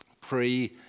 Pre